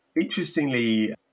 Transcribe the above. Interestingly